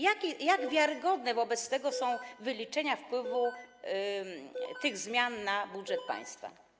Jak wiarygodne są wobec tego wyliczenia wpływu tych zmian na budżet państwa?